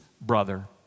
brother